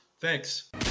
Thanks